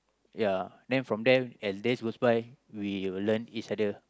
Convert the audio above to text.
ya then from there as days goes by we will learn each other